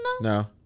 no